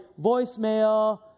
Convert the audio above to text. voicemail